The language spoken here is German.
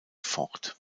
fort